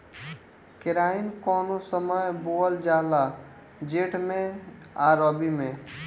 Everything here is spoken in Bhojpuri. केराई कौने समय बोअल जाला जेठ मैं आ रबी में?